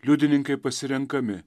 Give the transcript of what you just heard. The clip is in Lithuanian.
liudininkai pasirenkami